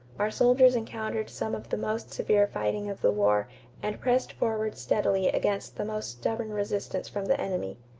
our soldiers encountered some of the most severe fighting of the war and pressed forward steadily against the most stubborn resistance from the enemy.